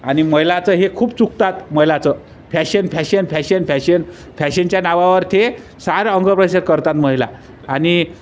आणि महिलाचं हे खूप चुकतात महिलाचं फॅशन फॅशन फॅशन फॅशन फॅशनच्या नावावर ते सारं अंगप्रदर्शन करतात महिला आणि